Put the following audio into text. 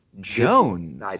Jones